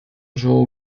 желал